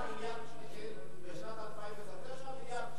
היה עודף בגביית מסים של 9 מיליארד שקל.